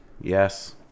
yes